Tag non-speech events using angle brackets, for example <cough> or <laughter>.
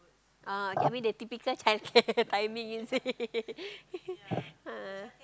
oh you mean the typical childcare timing is it <laughs> a'ah